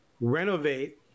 renovate